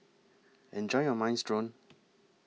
Enjoy your Minestrone